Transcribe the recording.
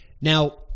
Now